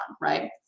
right